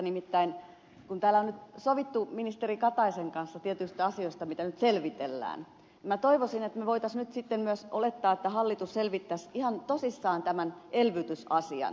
nimittäin kun täällä on sovittu ministeri kataisen kanssa tietyistä asioista mitä nyt selvitellään minä toivoisin että me voisimme nyt sitten myös olettaa että hallitus selvittäisi ihan tosissaan tämän elvytysasian